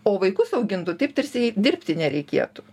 o vaikus augintų taip tarsi jai dirbti nereikėtų